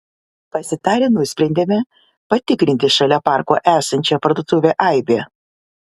pasitarę nusprendėme patikrinti šalia parko esančią parduotuvę aibė